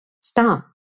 stop